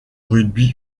rugby